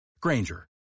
Granger